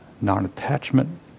non-attachment